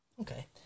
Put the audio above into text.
Okay